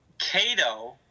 Cato